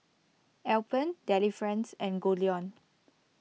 Alpen Delifrance and Goldlion